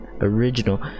Original